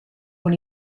con